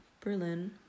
Berlin